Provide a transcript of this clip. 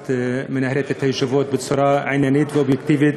את מנהלת את הישיבות בצורה עניינית ואובייקטיבית,